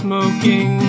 Smoking